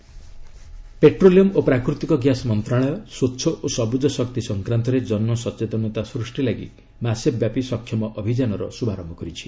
ସକ୍ଷମ୍ campaign petroleum ଓ ପ୍ରାକୃତିକ gas ମନ୍ତ୍ରଣାଳୟ ସ୍ୱଚ୍ଛ ଓ ସବୁଜ ଶକ୍ତି ସଂକ୍ରାନ୍ତରେ ଜନସଚେତନତା ସୃଷ୍ଟି ଲାଗି ମାସେ ବ୍ୟାପି ସକ୍ଷମ ଅଭିଯାନର ଶୁଭାରମ୍ଭ କରିଛି